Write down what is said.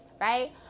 right